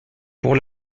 pour